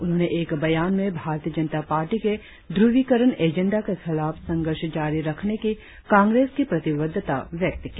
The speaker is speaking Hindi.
उन्होंने एक बयान में भारतीय जनता पार्टी के ध्रुवीकरण एजेंडा के खिलाफ संघर्ष जारी रखने की कांग्रेस की प्रतिबद्धता व्यक्त की